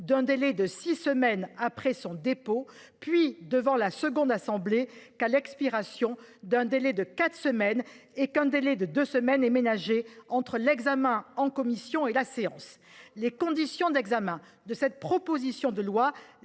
d'un délai de six semaines après son dépôt, puis, devant la seconde assemblée, qu'à l'expiration d'un délai de quatre semaines, et qu'un délai de deux semaines est ménagé entre l'examen en commission et la séance. Les conditions d'examen de cette proposition de loi